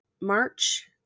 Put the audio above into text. March